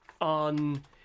On